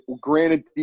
granted